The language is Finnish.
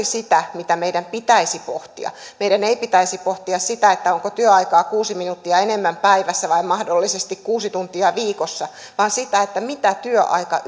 sitä mitä meidän pitäisi pohtia meidän ei pitäisi pohtia sitä onko työaikaa kuusi minuuttia enemmän päivässä vai mahdollisesti kuusi tuntia viikossa vaan sitä mitä työaika